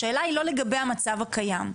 השאלה היא לא לגבי המצב הקיים.